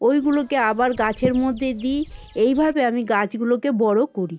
ওইগুলোকে আবার গাছের মধ্যে দিই এইভাবে আমি গাছগুলোকে বড়ো করি